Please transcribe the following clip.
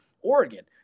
Oregon